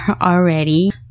already